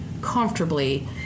comfortably